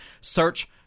search